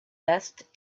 best